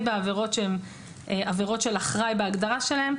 בעבירות שהן עבירות של אחראי בהגדרה שלהן,